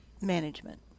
management